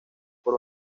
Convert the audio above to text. por